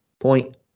point